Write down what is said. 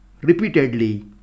repeatedly